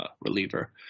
reliever